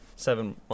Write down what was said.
seven